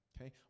Okay